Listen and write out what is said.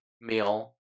meal